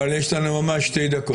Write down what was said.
אבל יש לנו ממש שתי דקות.